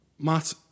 Matt